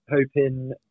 hoping